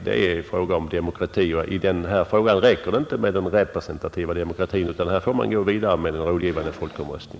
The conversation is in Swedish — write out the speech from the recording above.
Det är fråga om demokrati, och i denna fråga räcker det inte med den representativa demokratin, utan här får man gå vidare med en rådgivande folkomröstning.